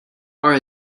are